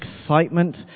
excitement